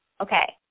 Okay